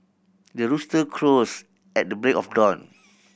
the rooster crows at the break of dawn